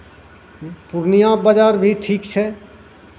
पूर्णिया बाजार भी ठीक छै